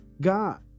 God